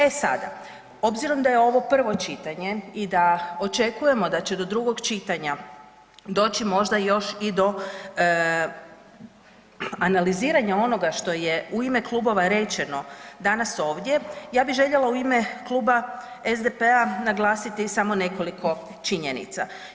E sada, obzirom da je ovo prvo čitanje i da očekujemo da će do drugog čitanja doći možda još i do analiziranja onoga što je u ime klubova rečeno danas ovdje ja bih željela u ime Kluba SDP-a naglasiti samo nekoliko činjenica.